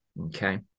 Okay